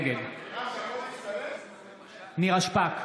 נגד נירה שפק,